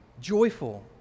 Joyful